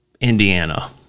indiana